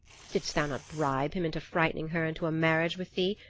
didst thou not bribe him into frightening her into a marriage with thee,